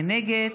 מי נגד?